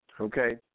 Okay